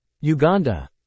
uganda